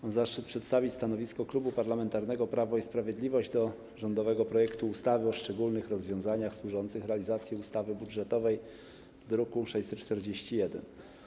Mam zaszczyt przedstawić stanowisko Klubu Parlamentarnego Prawo i Sprawiedliwość wobec rządowego projektu ustawy o szczególnych rozwiązaniach służących realizacji ustawy budżetowej, druk nr 641.